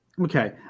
Okay